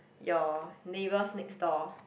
your neighbours next door